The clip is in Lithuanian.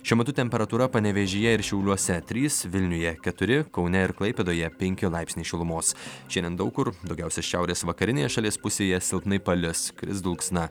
šiuo metu temperatūra panevėžyje ir šiauliuose trys vilniuje keturi kaune ir klaipėdoje penki laipsniai šilumos šiandien daug kur daugiausiai šiaurės vakarinėje šalies pusėje silpnai palis kris dulksna